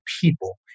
people